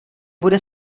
bude